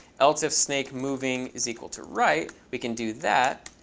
else if snakemoving is equal to right, we can do that.